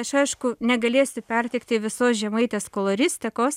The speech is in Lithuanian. aš aišku negalėsiu perteikti visos žemaitės koloristikos